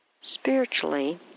Spiritually